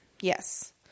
Yes